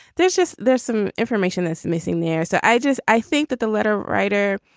there's just there's some information that's missing there. so i just i think that the letter writer.